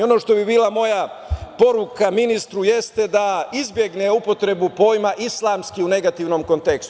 Ono što bi bila moja poruka ministru jeste da izbegne upotrebu pojma – islamski u negativnom kontekstu.